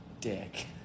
dick